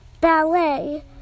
Ballet